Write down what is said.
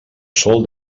sol